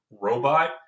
robot